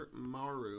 Maru